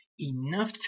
enough